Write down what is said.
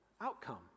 outcome